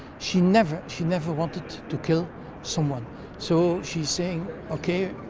she never she never wanted to kill someone so she's saying ok,